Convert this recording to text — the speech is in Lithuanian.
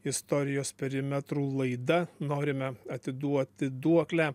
istorijos perimetrų laida norime atiduoti duoklę